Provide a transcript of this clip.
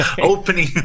opening